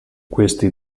questi